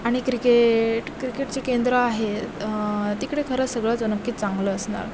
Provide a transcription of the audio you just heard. आणि क्रिकेट क्रिकेटचे केंद्र आहेत तिकडे खरंच सगळंच नक्की चांगलं असणार